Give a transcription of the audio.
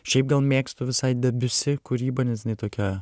šiaip mėgstu visai debiusi kūryba nes jinai tokia